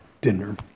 dinner